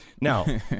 now